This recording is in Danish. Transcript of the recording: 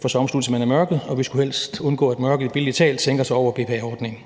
for så omsluttes man af mørket, og vi skulle helst undgå, at mørket billedlig talt sænker sig over BPA-ordningen.